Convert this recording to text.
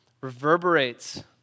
reverberates